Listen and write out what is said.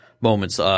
moments –